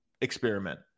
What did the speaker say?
experiment